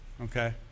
Okay